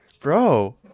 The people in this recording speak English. bro